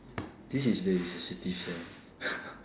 this is very sensitive sia